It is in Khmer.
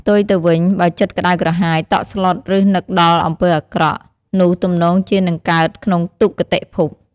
ផ្ទុយទៅវិញ បើចិត្តក្តៅក្រហាយ តក់ស្លុត ឬនឹកដល់អំពើអាក្រក់ នោះទំនងជានឹងទៅកើតក្នុងទុគតិភព។